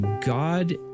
God